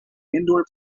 indoor